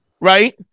right